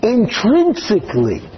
intrinsically